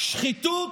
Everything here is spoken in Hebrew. שחיתות,